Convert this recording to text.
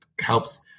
helps